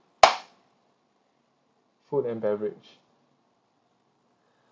food and beverage